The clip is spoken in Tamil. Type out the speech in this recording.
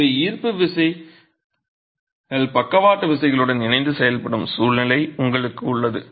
எனவே ஈர்ப்பு விசைகள் பக்கவாட்டு விசைகளுடன் இணைந்து செயல்படும் சூழ்நிலை உங்களுக்கு உள்ளது